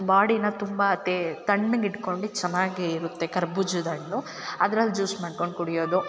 ಬಾಡಿನ ತುಂಬ ತೇ ತಣ್ಣಗಿಟ್ಕೊಂಡು ಚೆನ್ನಾಗಿ ಇರುತ್ತೆ ಕರ್ಬುಜದ ಹಣ್ಣು ಅದ್ರಲ್ಲಿ ಜ್ಯೂಸ್ ಮಾಡ್ಕೊಂಡು ಕುಡಿಯೋದು